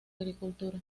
agricultura